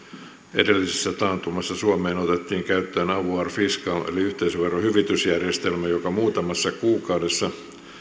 edellisessä taantumassa suomeen otettiin käyttöön avoir fiscal eli yhteisöveron hyvitysjärjestelmä joka muutamassa kuukaudessa